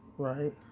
Right